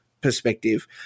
perspective